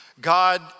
God